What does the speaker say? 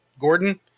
Gordon